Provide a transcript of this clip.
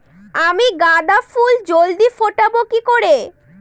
আমি গাঁদা ফুল জলদি ফোটাবো কি করে?